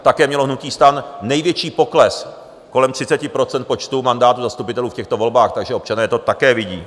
Také mělo hnutí STAN největší pokles, kolem 30 % počtu mandátů zastupitelů v těchto volbách, takže občané to také vidí.